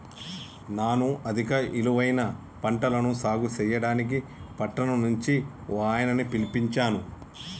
నాను అధిక ఇలువైన పంటలను సాగు సెయ్యడానికి పట్టణం నుంచి ఓ ఆయనని పిలిపించాను